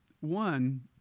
One